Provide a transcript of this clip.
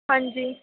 ਹਾਂਜੀ